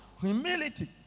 humility